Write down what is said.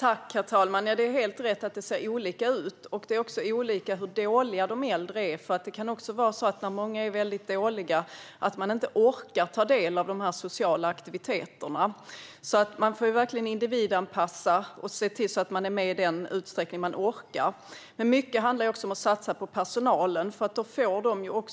Herr talman! Det är helt rätt att det ser ut på olika sätt. Det är också olika hur dåliga de äldre är. När många är väldigt dåliga orkar man kanske inte ta del av de sociala aktiviteterna. Man måste verkligen individanpassa och se till att de äldre är med i den utsträckning som de orkar. Mycket handlar också om att satsa på personalen. Då får